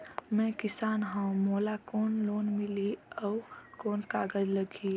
मैं किसान हव मोला कौन लोन मिलही? अउ कौन कागज लगही?